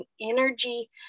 energy